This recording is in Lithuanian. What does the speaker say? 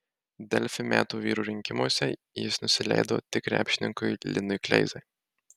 delfi metų vyro rinkimuose jis nusileido tik krepšininkui linui kleizai